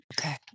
Okay